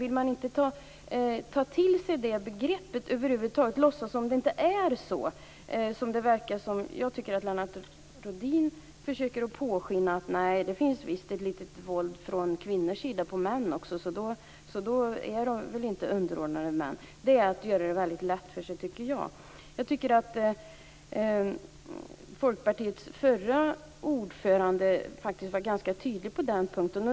Vill man inte ta till sig av detta och över huvud taget inte låtsas om detta? Lennart Rohdin försöker påskina att det även finns våld från kvinnor mot män. Då är de inte underordnade männen. Det är att göra det lätt för sig. Den förra ordföranden för Folkpartiet var tydlig på den punkten.